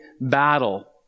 battle